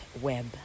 Web